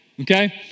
okay